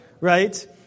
right